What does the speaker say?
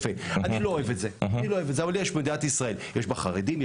אני לא אוהב את זה אבל במדינת ישראל יש חרדים,